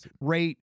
rate